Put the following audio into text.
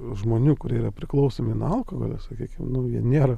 žmonių kurie yra priklausomi nuo alkoholio sakykim jie nėra